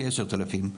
כ-10 אלפים.